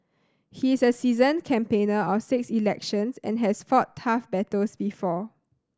he is a seasoned campaigner of six elections and has fought tough battles before